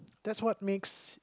that's what makes